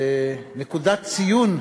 נקודת ציון,